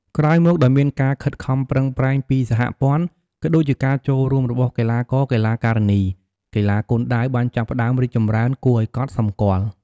ក្រោយមក ដោយមានការខិតខំប្រឹងប្រែងពីសហព័ន្ធ ក៏ដូចជាការចូលរួមរបស់កីឡាករ-កីឡាការិនី កីឡាគុនដាវបានចាប់ផ្តើមរីកចម្រើនគួរឱ្យកត់សម្គាល់។